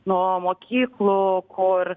nuo mokyklų kur